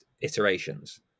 iterations